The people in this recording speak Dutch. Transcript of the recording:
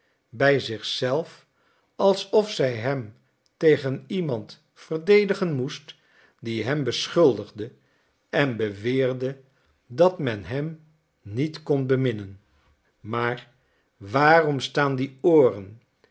bij zich zelf alsof zij hem tegen iemand verdedigen moest die hem beschuldigde en beweerde dat men hem niet kon beminnen maar waarom staan die ooren